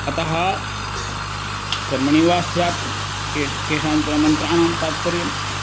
अतः कर्मणि वा स्यात् केश् केषाञ्चन मन्त्राणां तात्पर्यं